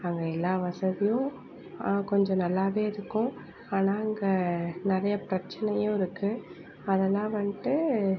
அங்கே எல்லா வசதியும் கொஞ்சம் நல்லாவே இருக்கும் ஆனால் அங்கே நிறையா பிரச்சினையும் இருக்குது அதல்லாம் வந்துட்டு